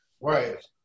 right